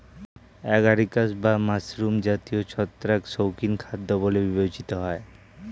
agaricus বা mushroom জাতীয় ছত্রাক শৌখিন খাদ্য বলে বিবেচিত হয়